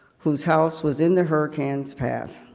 who's house was in the hurricanes path.